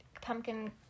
pumpkin